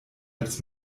als